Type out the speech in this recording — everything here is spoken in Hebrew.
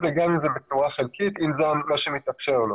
זה גם אם זה בצורה חלקית אם זה מה שמתאפשר לו.